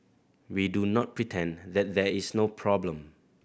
we do not pretend that there is no problem